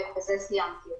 בזה סיימתי.